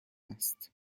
است